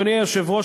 אדוני היושב-ראש,